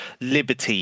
liberty